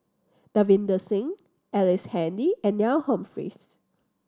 Davinder Singh Ellice Handy and Neil Humphreys